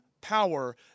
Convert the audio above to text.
power